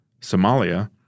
Somalia